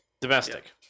Domestic